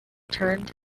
turned